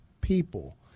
people